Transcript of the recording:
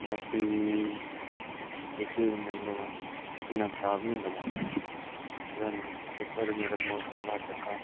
बाकी जेह्के मतलब इन्ना खराब नी हुंदा इक बारी मेरे मोटरसैकल दा चक्का